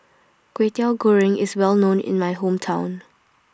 Kway Teow Goreng IS Well known in My Hometown